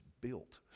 built